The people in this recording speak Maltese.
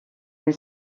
min